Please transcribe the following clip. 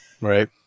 Right